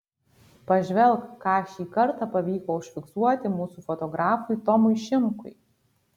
pažvelk ką šį kartą pavyko užfiksuoti mūsų fotografui tomui šimkui